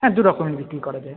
হ্যাঁ দুরকমই বিক্রি করা যায়